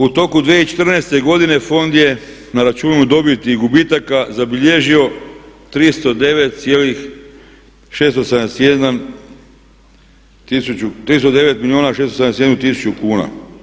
U toku 2014.godine fond je na računu dobiti i gubitaka zabilježio 309 milijuna 671 tisuću kuna.